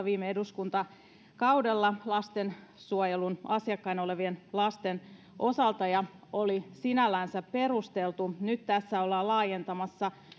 viime eduskuntakaudella lastensuojelun asiakkaina olevien lasten osalta ja oli sinällänsä perusteltu nyt tässä ollaan laajentamassa